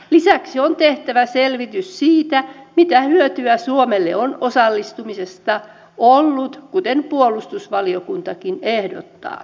lisäksi on tehtävä selvitys siitä mitä hyötyä suomelle on osallistumisesta ollut kuten puolustusvaliokuntakin ehdottaa